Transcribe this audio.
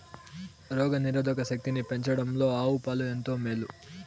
రోగ నిరోధక శక్తిని పెంచడంలో ఆవు పాలు ఎంతో మేలు